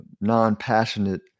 non-passionate